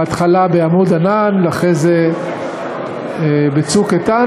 בהתחלה ב"עמוד ענן" ואחרי זה ב"צוק איתן",